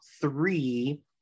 three